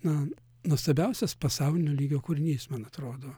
na nuostabiausias pasaulinio lygio kūrinys man atrodo